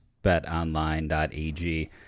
betonline.ag